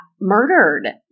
murdered